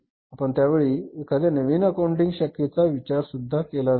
आपण त्यावेळी एखाद्या नवीन अकाउंटिंग शाखेचा विचारसुध्दा केला नसेल